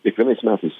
kiekvienais metais